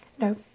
No